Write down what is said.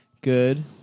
Good